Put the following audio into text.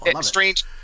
Strange